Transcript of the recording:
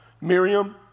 Miriam